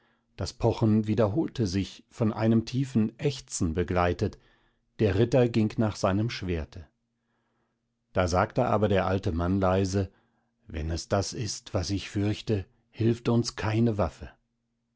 das pochen wiederholte sich von einem tiefen ächzen begleitet der ritter ging nach seinem schwerte da sagte aber der alte mann leise wenn es das ist was ich fürchte hilft uns keine waffe